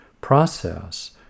process